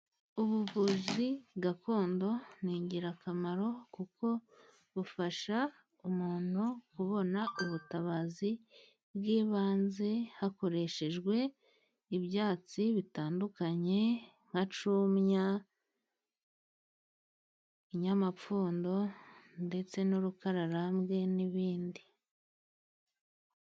Ubuvuzi gakondo ni ingirakamaro kuko bufasha umuntu kubona ubutabazi bw'ibanze hakoreshejwe ibyatsi bitandukanye: nka cumya, inyamapfundo ndetse n'urukararambwe n'ibindi.